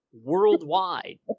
worldwide